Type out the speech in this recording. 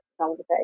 conversation